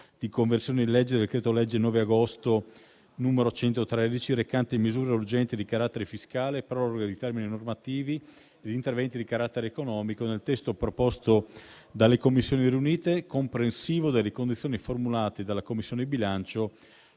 di conversione del decreto-legge 9 agosto 2024, n. 113, recante misure urgenti di carattere fiscale, proroghe di termini normativi ed interventi di carattere economico, nel testo proposto dalle Commissioni riunite, comprensivo delle condizioni formulate dalla Commissione bilancio